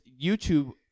YouTube